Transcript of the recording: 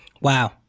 Wow